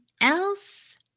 else